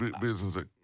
business